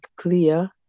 clear